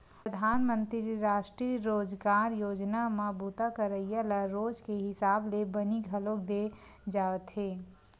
परधानमंतरी रास्टीय रोजगार योजना म बूता करइया ल रोज के हिसाब ले बनी घलोक दे जावथे